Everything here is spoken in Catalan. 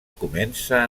comença